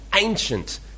ancient